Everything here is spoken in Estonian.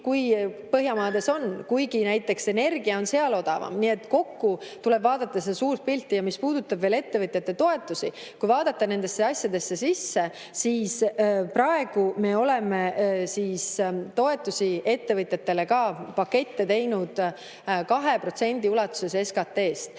2,5 korda madalam, kuigi näiteks energia on seal odavam. Nii et kokku tuleb vaadata seda suurt pilti. Mis puudutab veel ettevõtjate toetusi, kui vaadata nendesse asjadesse sisse, siis praegu me oleme teinud toetusi ettevõtjatele, ka pakette 2% ulatuses SKT-st.